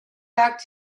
back